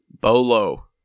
Bolo